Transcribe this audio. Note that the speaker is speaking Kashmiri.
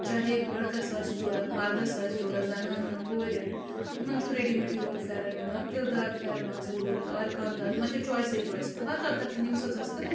چاہے لڑکس آسہِ ضوٚرتھ مردس آسہِ ضوٚرتھ زنانن کورٮ۪ن یِمن چھُ ریٚڈ میٹٕے اوت اورٕ پھٮ۪رن مِلان تِلہٕ دار پھٮ۪رن آسٮ۪کھ ضوٚرتھ آرِ کامہِ دار یِمن چھےٚ چھِ چویسٕے چویسٕے وَنہِ کَتھ گَژھن یِم سٕژس تہٕ